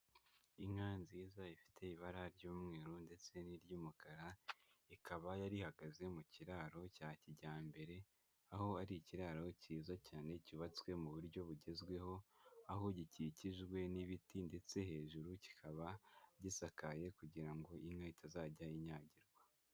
Inka nziza ifite ibara ry'umweru ndetse n'iry'umukara, ikaba yari ihagaze mu kiraro cya kijyambere, aho ari ikiraro cyiza cyane cyubatswe mu buryo bugezweho, aho gikikijwe n'ibiti ndetse hejuru kikaba gisakaye kugira ngo inka itazajya inyagirwa.